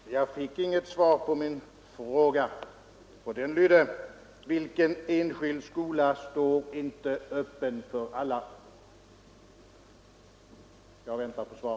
Herr talman! Jag fick inget svar på min fråga, och den lydde: Vilken enskild skola står inte öppen för alla? Jag väntar på svar.